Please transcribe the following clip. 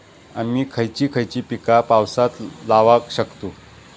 आम्ही खयची खयची पीका पावसात लावक शकतु?